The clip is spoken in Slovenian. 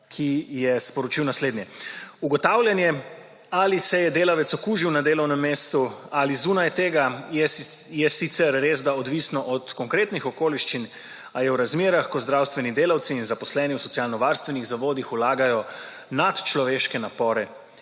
ki je sporočil naslednje: »Ugotavljanje, ali se je delavec okužil na delovnem mestu ali zunaj tega, je sicer resda odvisno od konkretnih okoliščin, a je v razmerah, ko zdravstveni delavci in zaposleni v socialnovarstvenih zavodih vlagajo nadčloveške napore